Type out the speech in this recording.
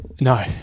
No